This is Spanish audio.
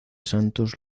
santos